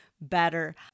better